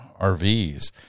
RVs